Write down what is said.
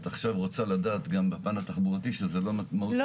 את עכשיו רוצה לדעת גם בפן התחבורתי שזה לא משמעותי?